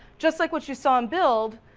just like what you saw in build,